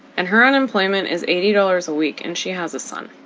and her unemployment is eighty dollars a week, and she has a son.